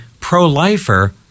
pro-lifer